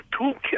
toolkit